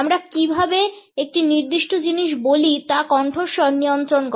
আমরা কিভাবে একটি নির্দিষ্ট জিনিস বলি তা কণ্ঠস্বর নিয়ন্ত্রণ করে